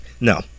No